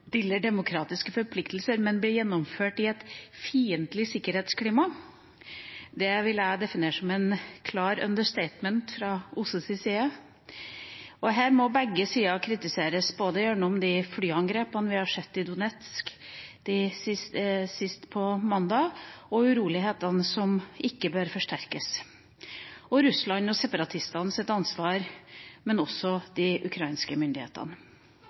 demokratiske forpliktelser, men ble gjennomført i et «fiendtlig sikkerhetsklima». Det vil jeg definere som et klart «understatement» fra OSSEs side. Her må begge sider kritiseres, ut fra både de flyangrepene vi har sett i Donetsk, sist på mandag, og urolighetene, som ikke bør forsterkes, og Russlands og separatistenes ansvar, men også de ukrainske